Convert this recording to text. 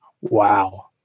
wow